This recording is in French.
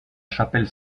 chapelle